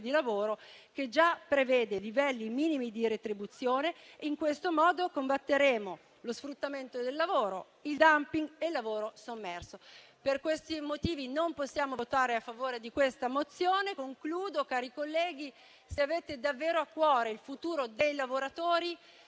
lavoro, che già prevede livelli minimi di retribuzione. In questo modo combatteremmo lo sfruttamento del lavoro, il *dumping* e il lavoro sommerso. Per questi motivi non possiamo votare a favore della mozione n. 8. In conclusione, colleghi, se avete davvero a cuore il futuro dei lavoratori,